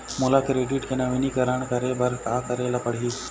मोला क्रेडिट के नवीनीकरण करे बर का करे ले पड़ही?